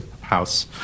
house